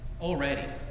already